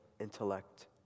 intellect